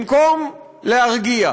במקום להרגיע,